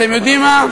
אתם יודעים מה?